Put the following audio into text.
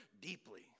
deeply